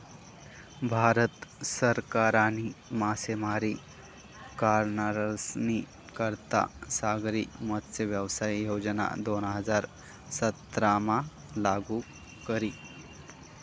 भारत सरकारनी मासेमारी करनारस्नी करता सागरी मत्स्यव्यवसाय योजना दोन हजार सतरामा लागू करी